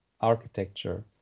architecture